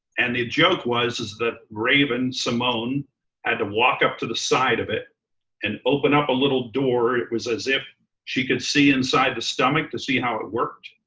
and the joke was is that raven symone had to walk up to the side of it and open up a little door. it was as if she could see inside the stomach to see how it worked.